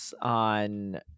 on